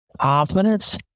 confidence